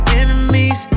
enemies